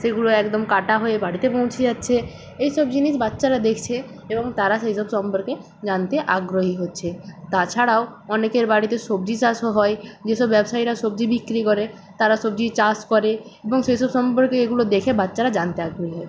সেগুলো একদম কাটা হয়ে বাড়িতে পৌঁছে যাচ্ছে এই সব জিনিস বাচ্চারা দেখছে এবং তারা সেইসব সম্পর্কে জানতে আগ্রহী হচ্ছে তাছাড়াও অনেকের বাড়িতে সবজি চাষও হয় যেসব ব্যবসায়ীরা সবজি বিক্রি করে তারা সবজি চাষ করে এবং সেসব সম্পর্কে এগুলো দেখে বাচ্চারা জানতে আগ্রহী হয়